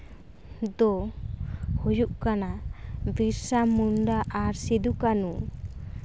ᱫᱚ ᱦᱩᱭᱩᱜ ᱠᱟᱱᱟ ᱵᱤᱨᱥᱟᱹ ᱢᱩᱱᱰᱟ ᱟᱨ ᱥᱤᱫᱩᱼᱠᱟᱹᱱᱩ